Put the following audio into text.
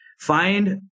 Find